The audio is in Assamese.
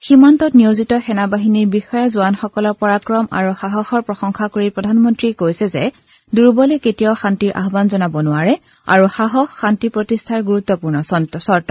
সীমান্ত নিয়োজিত সেনাবাহিনীৰ বিষয়া জোৱানসকলৰ পৰাক্ৰম আৰু সাহসৰ প্ৰশংসা কৰি প্ৰধানমন্ত্ৰীয়ে কৈছে যে দুৰ্বলে কেতিয়াও শান্তিৰ আহান জনাব নোৱাৰে আৰু সাহস শান্তি প্ৰতিষ্ঠাৰ গুৰুত্বপূৰ্ণ চৰ্ত